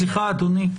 סליחה, אדוני.